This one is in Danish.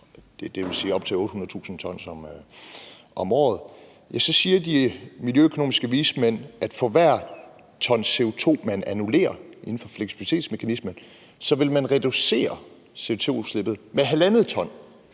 – dvs. op til 800.000 t om året – siger de miljøøkonomiske vismænd, at for hver ton CO2, man annullerer inden for fleksibilitetsmekanismen, vil man reducere CO2-udslippet med 1,5 t